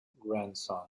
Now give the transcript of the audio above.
grandson